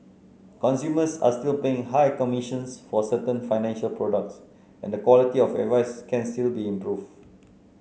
consumers are still paying high commissions for certain financial products and the quality of advice can still be improved